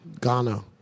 Ghana